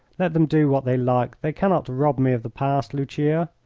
let them do what they like. they cannot rob me of the past, lucia.